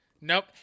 Nope